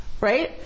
right